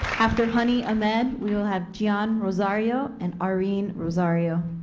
after honey ahmed, we will have gian rosario and arinne rosario.